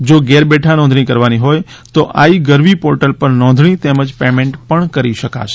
જો ઘરે બેઠાં નોંધણી કરવાની હોય તો આઈ ગરવી પોર્ટલ પર નોંધણી તેમજ પેમેન્ટ પણ કરી શકાશે